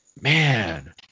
man